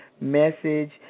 message